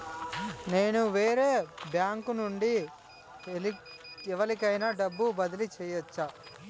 నేను వేరే బ్యాంకు నుండి ఎవలికైనా డబ్బు బదిలీ చేయచ్చా?